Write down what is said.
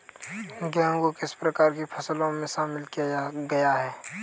गेहूँ को किस प्रकार की फसलों में शामिल किया गया है?